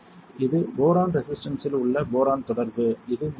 இது போரான் ரெசிஸ்டன்ஸ்ஸில் உள்ள போரான் தொடர்பு இது மேல் பார்வை